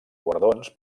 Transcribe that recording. guardons